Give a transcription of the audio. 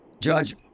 Judge